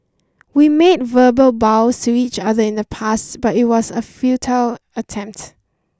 we made verbal vows to each other in the past but it was a futile attempt